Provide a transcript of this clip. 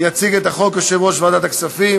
זאת האמת הפשוטה,